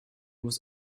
was